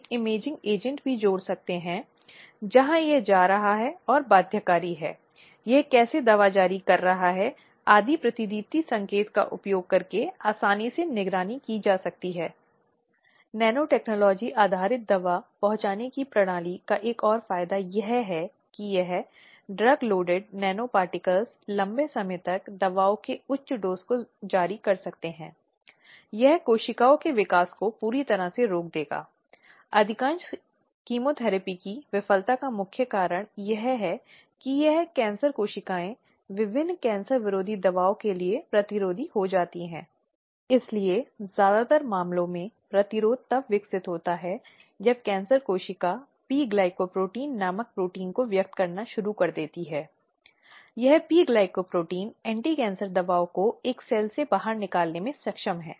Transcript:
एक सबक या व्यक्ति के खिलाफ कुछ व्यक्तिगत पाठ्यक्रम या व्यक्ति के खिलाफ कुछ व्यक्तिगत दुश्मनी या नफरत दर के कारण यह उन स्थितियों में है जहां कानून के इस प्रावधान को लागू किया जा सकता है जहां यह कहता है कि एक गलत और दुर्भावनापूर्ण शिकायत कानून के तहत दंडनीय है और इसलिए यह पीड़ित का सबसे बड़ा कर्तव्य है कि वह देखे कि जिस उद्देश्य के लिए वह सक्रिय हुई है उसके अलावा किसी भी उद्देश्य के लिए कानून का उपयोग नहीं किया गया है यह महिलाओं की सकुशलता और महिलाओं की सुरक्षा सुनिश्चित करने के लिए है